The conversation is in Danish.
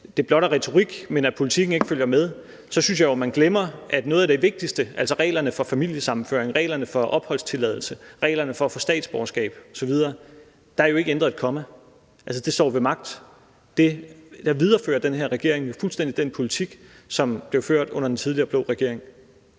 at det blot er retorik, og at politiken ikke følger med, så synes jeg jo, man glemmer, at i forhold til noget af det vigtigste – altså reglerne for familiesammenføring, reglerne for opholdstilladelse, reglerne for at få statsborgerskab osv. – er der jo ikke ændret et komma. Altså, det står jo ved magt. Der viderefører den her regering jo fuldstændig den politik, som blev ført under den tidligere blå regering.